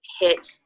hit